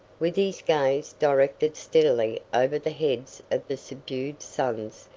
with his gaze directed steadily over the heads of the subdued sons,